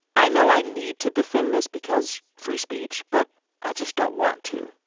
i know i need to defend this because, free speech, but i just don't want to?